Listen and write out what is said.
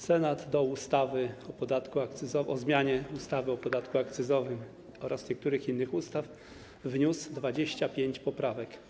Senat do ustawy o zmianie ustawy o podatku akcyzowym oraz niektórych innych ustaw wniósł 25 poprawek.